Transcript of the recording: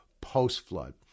post-flood